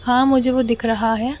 ہاں مجھے وہ دکھ رہا ہے